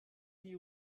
die